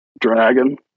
dragon